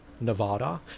nevada